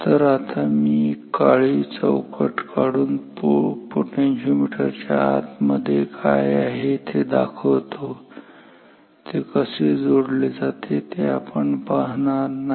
तर आता मी एक काळी चौकट काढून पोटेन्शिओमीटर च्या आत मध्ये काय आहे ते दाखवतो ते कसे जोडले जाते ते आपण पाहणार नाही